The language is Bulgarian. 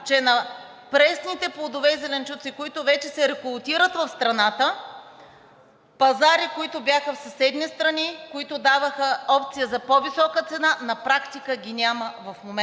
пресните плодове и зеленчуци, които вече се реколтират в страната, пазарите, които бяха в съседни страни, които даваха опция за по-висока цена, на практика ги няма в момента,